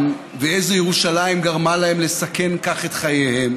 ואיזו ירושלים גרמה להם לסכן כך את חייהם.